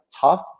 tough